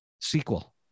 sequel